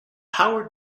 howard